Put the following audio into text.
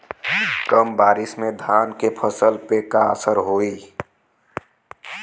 कम बारिश में धान के फसल पे का असर होई?